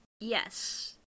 Yes